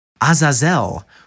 Azazel